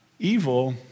Evil